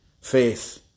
faith